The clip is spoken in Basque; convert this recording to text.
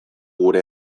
gure